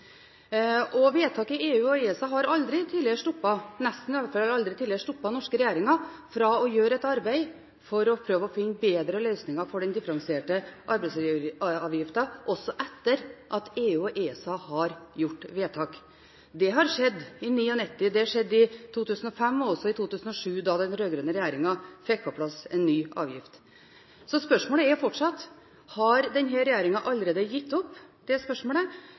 Vedtak gjort i EU og ESA har nesten aldri tidligere stoppet norske regjeringer fra å gjøre et arbeid for å prøve å finne bedre løsninger for den differensierte arbeidsgiveravgiften. Det har skjedd i 1999, det skjedde i 2005 og også i 2007, da den rød-grønne regjeringen fikk på plass en ny avgift. Så spørsmålet er fortsatt: Har denne regjeringen allerede gitt opp det spørsmålet,